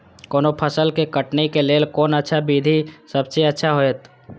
कोनो फसल के कटनी के लेल कोन अच्छा विधि सबसँ अच्छा होयत?